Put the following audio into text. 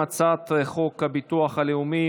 הצעת חוק הביטוח הלאומי